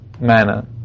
manner